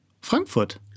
Frankfurt